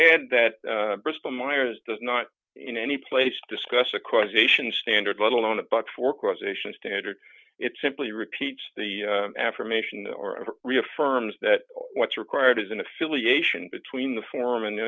add that bristol myers does not in any place discuss a causation standard let alone a buck for causation standard it simply repeats the affirmation or reaffirms that what's required is an affiliation between the form an